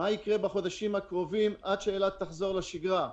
מה יקרה בחודשים הקרובים עד שאילת תחזור לשגרה?